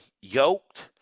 yoked